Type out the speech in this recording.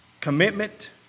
commitment